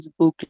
Facebook